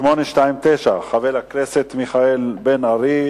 חבר הכנסת אורי אריאל